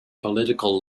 political